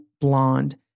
blonde